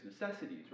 necessities